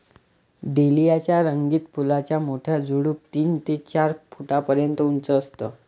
dahlia च्या रंगीत फुलांचा मोठा झुडूप तीन ते चार फुटापर्यंत उंच असतं